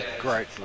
great